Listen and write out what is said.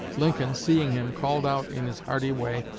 lincoln, seeing him, called out in his hearty way,